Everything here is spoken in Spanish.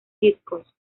discos